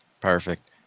Perfect